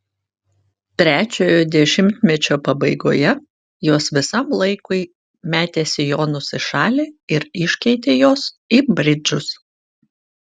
trečiojo dešimtmečio pabaigoje jos visam laikui metė sijonus į šalį ir iškeitė juos į bridžus